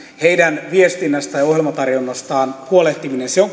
heidän viestinnästään ja ohjelmatarjonnastaan huolehtiminen on